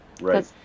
right